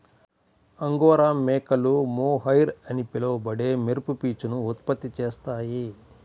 angora మేకలు mohair అని పిలువబడే మెరుపు పీచును ఉత్పత్తి చేస్తాయి